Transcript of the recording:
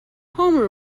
homer